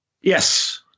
Yes